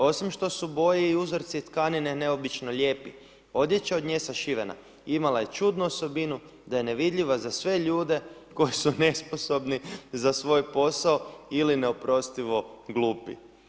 Osim što su boje i uzorci tkanine neobično lijepi, odjeća od nje sašivena, imala je čudnu osobinu da je nevidljiva za sve ljude koji su nesposobni za svoj posao ili neoprostivo glupi.